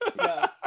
Yes